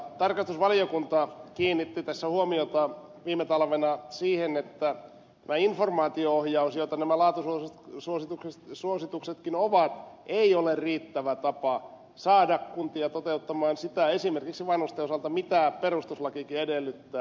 tarkastusvaliokunta kiinnitti tässä huomiota viime talvena siihen että tämä informaatio ohjaus jota nämä laatusuosituksetkin ovat ei ole riittävä tapa saada kuntia toteuttamaan sitä esimerkiksi vanhusten osalta mitä perustuslakikin edellyttää